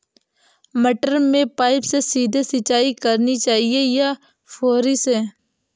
मटर में पाइप से सीधे सिंचाई करनी चाहिए या फुहरी से?